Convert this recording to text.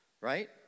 right